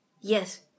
Yes